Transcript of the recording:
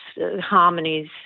harmonies